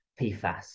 PFAS